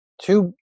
two